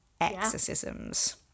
exorcisms